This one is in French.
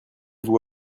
vous